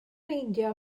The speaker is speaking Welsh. meindio